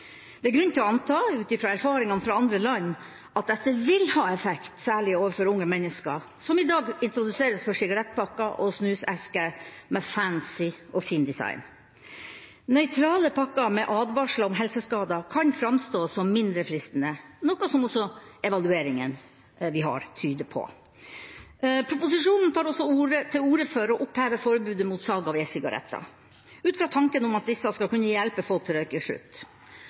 Det er grunn til å anta – ut fra erfaringer fra andre land – at dette vil ha effekt, særlig overfor unge mennesker som i dag introduseres for sigarettpakker og snusesker med fancy og fin design. Nøytrale pakker med advarsler om helseskader kan framstå som mindre fristende, noe som også evalueringen vi har, tyder på. Proposisjonen tar også til orde for å oppheve forbudet mot salg av e-sigaretter, ut fra tanken om at disse skal kunne hjelpe folk til